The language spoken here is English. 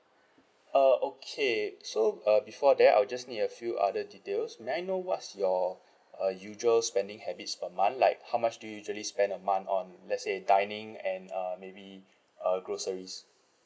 err okay so uh before that I'll just need a few other details may I know what's your uh usual spending habits per month like how much do you usually spend a month on let's say dining and uh maybe err groceries